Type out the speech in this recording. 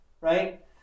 right